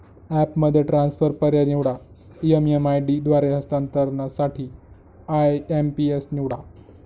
ॲपमध्ये ट्रान्सफर पर्याय निवडा, एम.एम.आय.डी द्वारे हस्तांतरणासाठी आय.एम.पी.एस निवडा